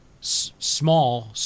small